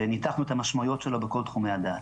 וניתחנו את המשמעויות שלו בכל תחומי הדעת.